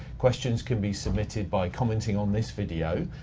questions can be submitted by commenting on this video,